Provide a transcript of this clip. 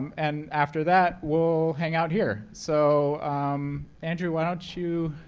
and after that, we'll hang out here. so andrew, why don't you.